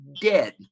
dead